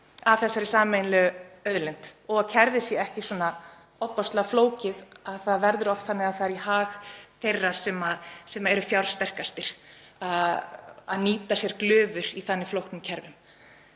af þessari sameiginlegu auðlind. Kerfið má ekki vera svona ofboðslega flókið. Það verður oft þannig að það er í hag þeirra sem eru fjársterkastir að nýta sér glufur í þannig flóknum kerfum.